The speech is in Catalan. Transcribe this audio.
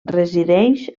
resideix